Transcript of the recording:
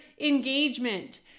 engagement